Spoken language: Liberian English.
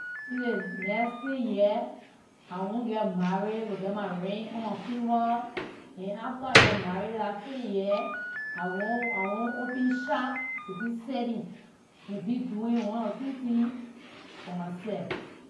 In the next ten years, I want get marry to get my ring on my finger; and after I get marry in dah ten years; I want- I want open shop to be selling, and be doing one or two things for myself.